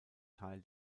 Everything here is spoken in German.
teil